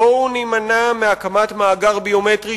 בואו נימנע מהקמת מאגר ביומטרי,